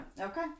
Okay